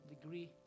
degree